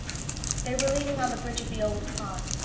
they were leaning on the bridge of the old pond,